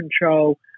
control